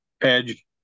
Edge